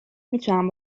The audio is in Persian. میتونم